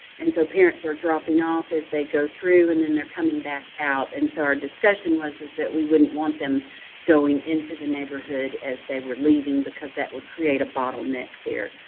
and so, parents are dropping off as they go through, and then they're coming back out. and so, our discussion was is that we wouldn't want them going into the neighborhood as they were leaving because that would create a bottleneck there,